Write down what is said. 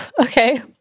Okay